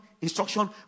instruction